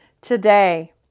today